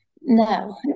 No